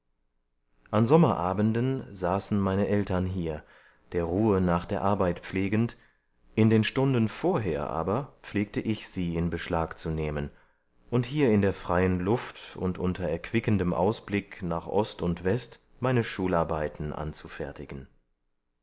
an sommerabenden saßen meine eltern hier der ruhe nach der arbeit pflegend in den stunden vorher aber pflegte ich sie in beschlag zu nehmen und hier in der freien luft und unter erquickendem ausblick nach ost und west meine schularbeiten anzufertigen